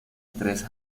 tres